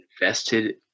invested